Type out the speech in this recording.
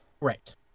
Right